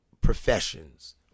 professions